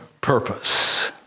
purpose